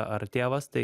ar tėvas tai